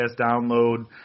download